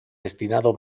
destinado